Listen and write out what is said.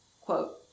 Quote